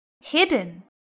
hidden